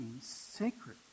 sacred